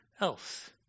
else